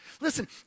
Listen